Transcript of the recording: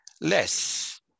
less